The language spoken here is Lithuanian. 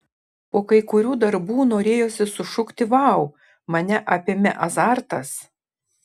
po kai kurių darbų norėjosi sušukti vau mane apėmė azartas